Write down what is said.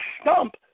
stump